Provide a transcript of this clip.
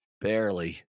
Barely